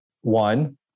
one